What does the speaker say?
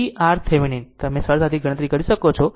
તેથી tau CRThevenin તમે સરળતાથી ગણતરી કરી શકો છો